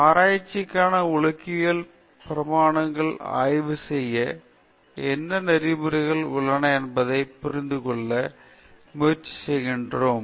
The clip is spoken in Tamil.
ஆராய்ச்சிக்கான ஒழுக்கவியல் பரிமாணங்களை ஆய்வு செய்ய என்ன நெறிமுறைகள் உள்ளன என்பதைப் புரிந்துகொள்ள முயற்சி செய்கிறோம்